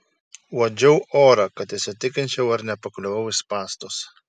uodžiau orą kad įsitikinčiau ar nepakliuvau į spąstus